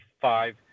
five